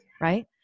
right